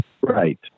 Right